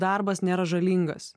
darbas nėra žalingas